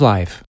Life